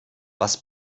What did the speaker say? das